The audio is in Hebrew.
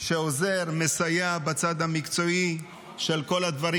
שעוזר ומסייע בצד המקצועי של כל הדברים